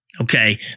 Okay